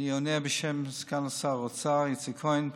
אני עונה בשם סגן שר האוצר איציק כהן.